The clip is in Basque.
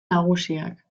nagusiak